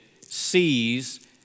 sees